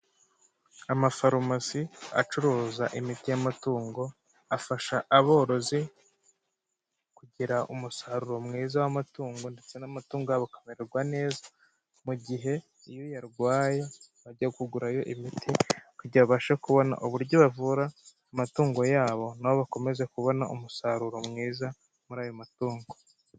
Amafarumasi acuruza imiti y'amatungo afasha aborozi kugira umusaruro mwiza w'amatungo ndetse n'amatungo yabo akamererwa neza, mu gihe iyo yarwaye bajya kugurayo imiti kugira ngo babashe kubona uburyo bavura amatungo yabo na bo bakomeze kubona umusaruro mwiza muri ayo matungo.